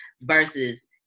versus